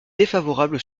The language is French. défavorable